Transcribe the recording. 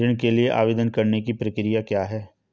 ऋण के लिए आवेदन करने की प्रक्रिया क्या है?